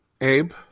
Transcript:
Abe